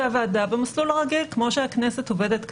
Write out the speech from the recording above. כמו שהכנסת עובדת כרגיל,